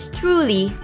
truly